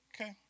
Okay